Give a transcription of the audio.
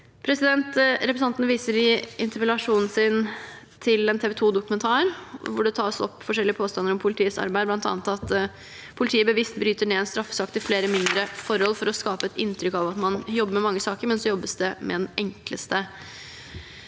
Representanten viser i interpellasjonen sin til en TV 2-dokumentar hvor det tas opp forskjellige påstander om politiets arbeid, bl.a. at politiet bevisst bryter ned en straffesak til flere mindre forhold for å skape et inntrykk av at man jobber med mange saker, men så jobbes det med den enkleste.